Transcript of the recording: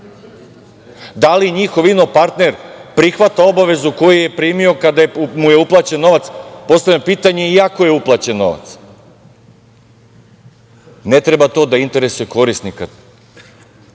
Da li njihov inopartner prihvata obavezu koju je primio kada mu je uplaćen novac, postavlja pitanje, iako je uplaćen novac. Ne treba to da interesuje korisnika